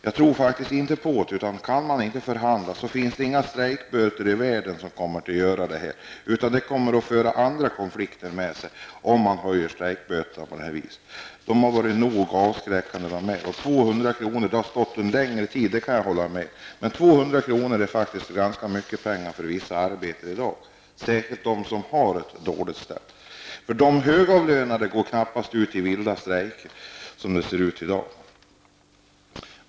Jag tror faktiskt inte på det. Om man inte kan förhandla finns det inga strejkböter i världen som kommer att förbättra det här, utan det kommer att medföra andra konflikter om man höjer strejkböterna på det här sättet. De har varit nog avskräckande. Jag kan hålla med om att strejkböterna har varit 200 kr. under en längre tid, men 200 kr. är faktiskt ganska mycket pengar för vissa arbetare i dag som har det dåligt ställt. De högavlönade går ju knappast ut i vilda strejker, som det ser ut i dag.